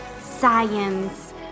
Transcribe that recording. science